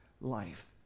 life